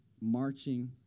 marching